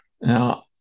Now